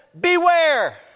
beware